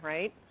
Right